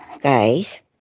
guys